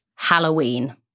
Halloween